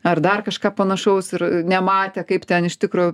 ar dar kažką panašaus ir nematė kaip ten iš tikro